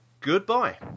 goodbye